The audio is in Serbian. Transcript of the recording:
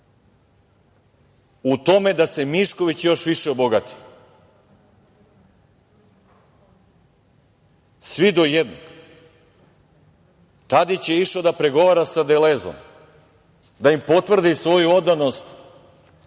u tome da se Mišković još više obogati. Svi do jednog. Tadić je išao da pregovara sa „Delezom“, da im potvrdi svoju odanost